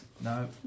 no